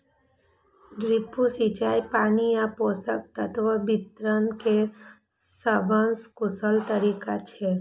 drip सिंचाई पानि आ पोषक तत्व वितरण के सबसं कुशल तरीका छियै